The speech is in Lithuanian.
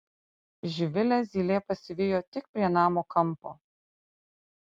živilę zylė pasivijo tik prie namo kampo